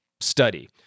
study